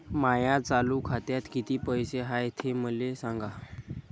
माया चालू खात्यात किती पैसे हाय ते मले सांगा